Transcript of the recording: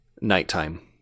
nighttime